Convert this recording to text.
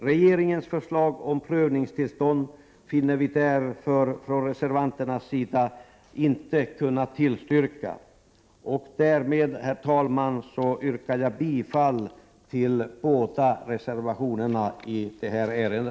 Regeringens förslag om prövningstillstånd finner vi reservanter oss därför inte kunna tillstyrka. Herr talman! Därmed yrkar jag bifall till båda reservationerna i detta ärende.